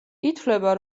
ითვლება